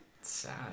sad